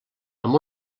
amb